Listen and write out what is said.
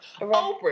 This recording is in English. Oprah